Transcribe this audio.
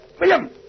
William